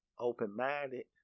Open-minded